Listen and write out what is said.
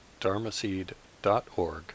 dharmaseed.org